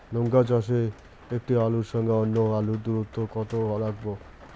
লঙ্কা চাষে একটি আলুর সঙ্গে অন্য আলুর দূরত্ব কত রাখবো?